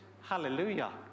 hallelujah